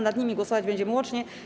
Nad nimi głosować będziemy łącznie.